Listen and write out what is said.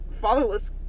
fatherless